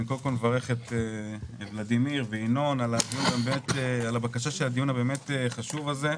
אני קודם כל מברך את ולדימיר וינון על הבקשה של הדיון הבאמת חשוב הזה,